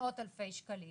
מאות אלפי שקלים.